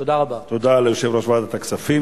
תודה ליושב-ראש ועדת הכספים.